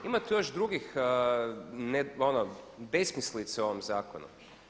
Ima tu još drugih besmislica u ovom zakonu.